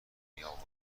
میاوردم